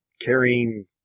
carrying